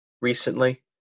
recently